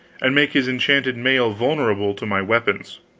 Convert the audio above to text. and make his enchanted mail vulnerable to my weapons?